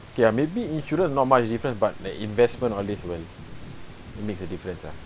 ya maybe insurance not much different but the investment all these will makes a difference lah